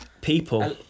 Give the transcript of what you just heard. people